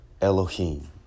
Elohim